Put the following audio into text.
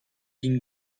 گین